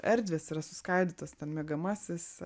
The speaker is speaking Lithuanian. erdvės yra suskaidytos ten miegamasis